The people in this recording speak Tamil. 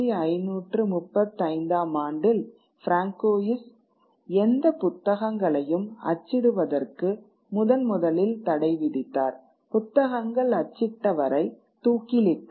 1535 ஆம் ஆண்டில் ஃபிராங்கோயிஸ் எந்த புத்தகங்களையும் அச்சிடுவதற்கு முதன்முதலில் தடை விதித்தார் புத்தகங்கள் அச்சிட்டவரை தூக்கிலிட்டார்